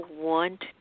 want